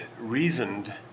reasoned